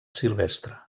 silvestre